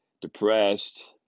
depressed